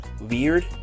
weird